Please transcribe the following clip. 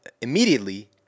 immediately